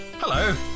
Hello